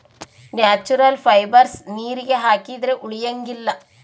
natural fibers ನೀರಿಗೆ ಹಾಕಿದ್ರೆ ಉಳಿಯಂಗಿಲ್ಲ